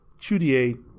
Chudier